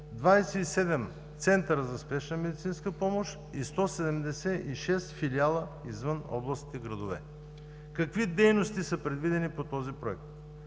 27 центъра за спешна медицинска помощ и 176 филиала извън областните градове. Какви дейности са предвидени по този проект?